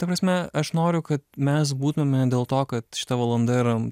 ta prasme aš noriu kad mes būtumėme dėl to kad šita valanda yra